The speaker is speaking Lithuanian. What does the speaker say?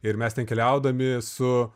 ir mes ten keliaudami su